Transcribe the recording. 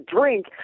drink